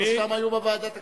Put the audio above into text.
שלושתם היו בוועדת הכלכלה.